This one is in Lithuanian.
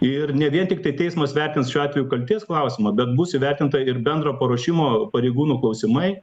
ir ne vien tiktai teismas vertins šiuo atveju kaltės klausimą bet bus įvertinta ir bendro paruošimo pareigūnų klausimai